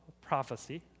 prophecy